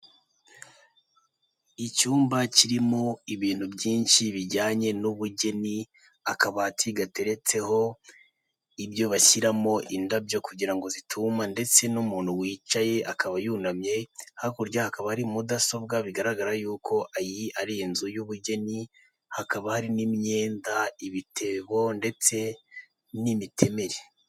Icyumba kirimo ibintu byinshi bijyanye n'ubugeni akabati gateretseho ibyo bashyiramo indabyo kugira ngo zituma ndetse n'umuntu wicaye akaba yunamye ,hakurya hakaba hari mudasobwa bigaragara ko iyi ari inzu y'ubugeni hakaba hari n'imyenda ,ibitebo ndetse n'imitemeri .